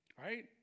Right